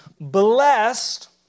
blessed